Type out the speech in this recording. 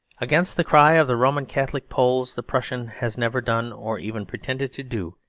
against the cry of the roman catholic poles the prussian has never done, or even pretended to do,